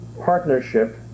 partnership